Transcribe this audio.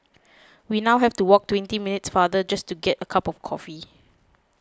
we now have to walk twenty minutes farther just to get a cup of coffee